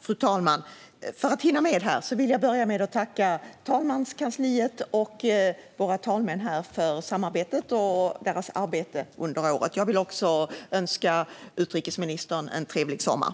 Fru talman! För att hinna med vill jag börja med att tacka talmanskansliet och våra talmän för samarbetet och deras arbete under året. Jag vill också önska utrikesministern en trevlig sommar.